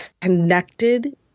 connected